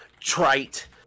Trite